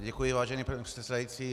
Děkuji, vážený pane předsedající.